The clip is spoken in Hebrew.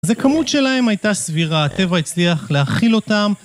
זה כמות שלהם הייתה סבירה, הטבע הצליח להכיל אותם